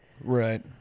Right